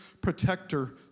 protector